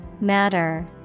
Matter